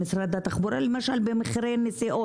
סגן שרת התחבורה והבטיחות בדרכים אורי מקלב: זו הייתה המדיניות.